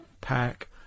pack